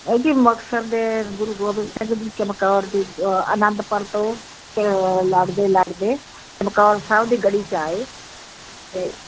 ਆ ਜੀ ਮਕਸਦ ਗੁਰੂ ਗੋਬਿੰਦ ਸਿੰਘ ਜੀ ਚਮਕੌਰ ਦੀ ਅਨੰਦਪੁਰ ਤੋਂ ਲੜਦੇ ਲੜਦੇ ਚਮਕੌਰ ਸਾਹਿਬ ਦੀ ਗੜੀ 'ਚ ਆਏ ਅਤੇ